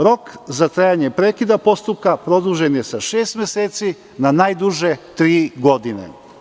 Rok za trajanje prekida postupka produžen je sa šest meseci na najduže tri godine.